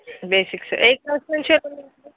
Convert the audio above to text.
basics ఏ class నుంచి